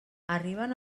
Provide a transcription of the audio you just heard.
arriben